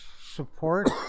support